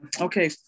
Okay